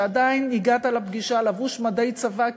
שכן עדיין הגעת לפגישה לבוש מדי צבא,